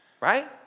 right